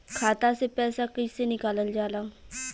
खाता से पैसा कइसे निकालल जाला?